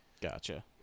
Gotcha